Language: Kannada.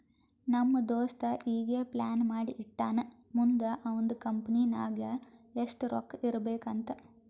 ನಮ್ ದೋಸ್ತ ಈಗೆ ಪ್ಲಾನ್ ಮಾಡಿ ಇಟ್ಟಾನ್ ಮುಂದ್ ಅವಂದ್ ಕಂಪನಿ ನಾಗ್ ಎಷ್ಟ ರೊಕ್ಕಾ ಇರ್ಬೇಕ್ ಅಂತ್